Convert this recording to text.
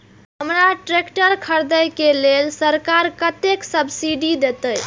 हमरा ट्रैक्टर खरदे के लेल सरकार कतेक सब्सीडी देते?